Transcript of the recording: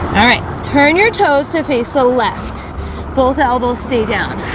alright turn your toes to face the left both elbows stay down